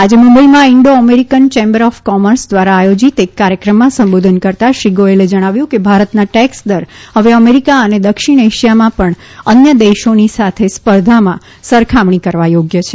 આજે મુંબઇમાં Indo American chamber of commerce દ્વારા આયોજિત એક કાર્યક્રમમાં સંબોધન કરતાં શ્રી ગોયલે જણાવ્યું કે ભારતના ટેક્સ દર હવે અમેરિકા અને દક્ષિણ એશિયામાં અન્ય દેશોની સ્પર્ધામાં સરખામણી કરવા યોગ્ય છે